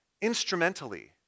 instrumentally